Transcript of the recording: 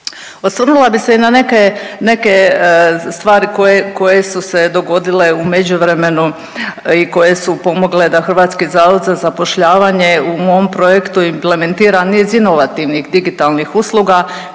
Osvrnula bih se i na neke, neke stvari koje su se dogodile u međuvremenu i koje su pomogle da HZZ u mom projektu implementira niz inovativnih digitalnih usluga